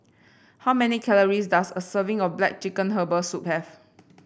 how many calories does a serving of black chicken Herbal Soup have